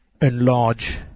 enlarge